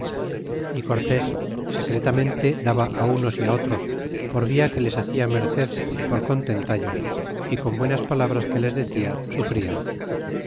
y cortés secretamente daba á unos y otros por via que les hacia merced por contentallos y con buenas palabras que les decia